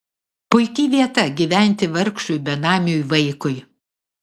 puiki vieta gyventi vargšui benamiui vaikui